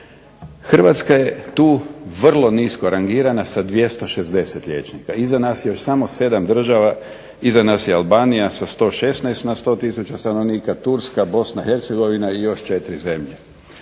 Hrvatska je tu vrlo nisko rangirana sa 260 liječnika, iza nas je samo 7 država, iza nas je Albanija sa 116 na 100 tisuća stanovnika, Turska, Hercegovina i još 4 zemlje.